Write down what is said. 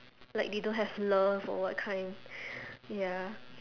like they don't have love or what kind ya